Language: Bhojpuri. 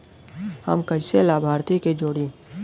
हम कइसे लाभार्थी के जोड़ी?